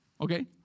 okay